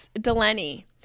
Delaney